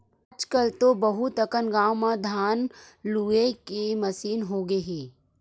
आजकल तो बहुत अकन गाँव म धान लूए के मसीन होगे हे